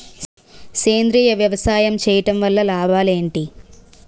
సేంద్రీయ వ్యవసాయం చేయటం వల్ల లాభాలు ఏంటి?